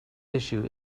issue